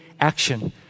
action